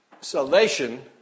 salvation